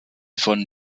von